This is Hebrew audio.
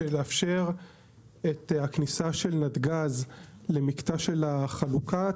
לאפשר את הכניסה של נתגז למקטע של החלוקה,